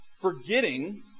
Forgetting